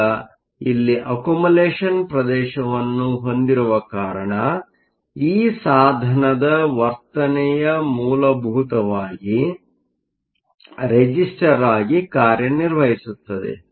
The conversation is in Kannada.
ಈಗ ಇಲ್ಲಿ ಅಕ್ಯುಮಲೆಷನ್Accumulation ಪ್ರದೇಶವನ್ನು ಹೊಂದಿರುವ ಕಾರಣ ಈ ಸಾಧನದ ವರ್ತನೆಯ ಮೂಲಭೂತವಾಗಿ ರೆಸಿಸ್ಟರ್Resistor ಆಗಿ ಕಾರ್ಯನಿರ್ವಹಿಸುತ್ತದೆ